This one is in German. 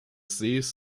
sees